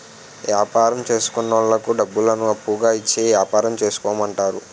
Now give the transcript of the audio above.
యాపారం చేసుకున్నోళ్లకు డబ్బులను అప్పుగా ఇచ్చి యాపారం చేసుకోమంటారు